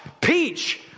Peach